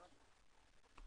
הישיבה ננעלה בשעה 11:00.